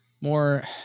more